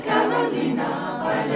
Carolina